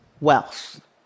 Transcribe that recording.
wealth